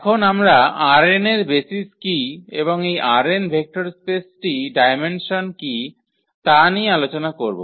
এখন আমরা ℝ𝑛 এর বেসিস কি এবং এই ℝ𝑛 ভেক্টর স্পেসটির ডায়মেনসন কী টা নিয়ে আলোচনা করব